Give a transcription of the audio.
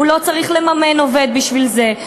הוא לא צריך לממן עובד בשביל זה,